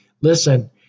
listen